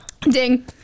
ding